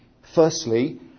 Firstly